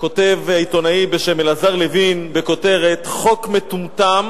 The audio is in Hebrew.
כותב עיתונאי בשם אלעזר לוין כותרת "חוק מטומטם